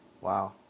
Wow